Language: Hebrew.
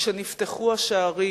כשנפתחו השערים,